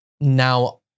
now